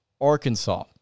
Arkansas